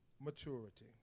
maturity